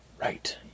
right